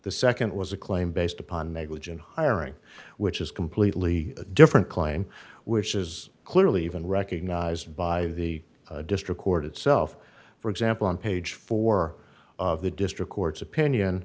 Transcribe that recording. the nd was a claim based upon negligent hiring which is completely different claim which is clearly even recognized by the district court itself for example on page four of the district court's opinion